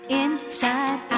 inside